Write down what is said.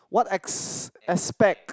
what ex~ aspect